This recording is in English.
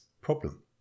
problem